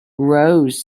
rose